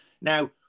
Now